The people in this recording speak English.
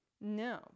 No